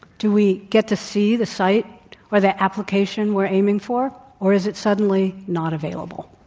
do we get to see the site or the application we're aiming for, or is it suddenly not available?